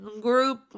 group